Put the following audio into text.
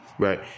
Right